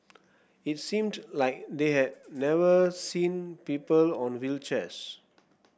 it seemed like they had never seen people on wheelchairs